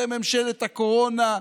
זו ממשלת הקורונה.